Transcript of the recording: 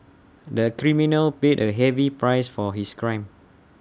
the criminal paid A heavy price for his crime